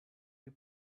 you